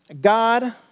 God